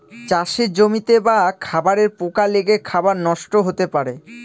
চাষের জমিতে বা খাবারে পোকা লেগে খাবার নষ্ট হতে পারে